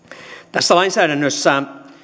tässä lainsäädännössä